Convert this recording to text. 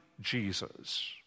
Jesus